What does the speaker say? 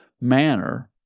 manner